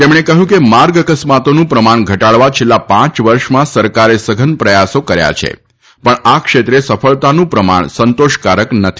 તેમણે કહ્યું કે માર્ગ અકસ્માતોનું પ્રમાણ ઘટાડવા છેલ્લા પાંચ વર્ષમાં સરકારે સઘન પ્રયાસો કર્યા છે પણ આ ક્ષેત્રે સફળતાનું પ્રમાણ સંતોષકારક નથી